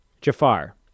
Jafar